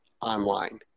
online